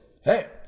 hey